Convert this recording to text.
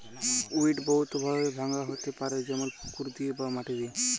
weed বহুত ভাবে ভাঙা হ্যতে পারে যেমল পুকুর দিয়ে বা মাটি দিয়ে